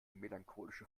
melancholische